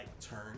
turn